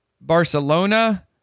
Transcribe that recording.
Barcelona